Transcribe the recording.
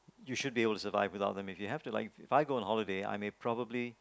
you should be able to survive without them if you have to like If I go on holiday I may probably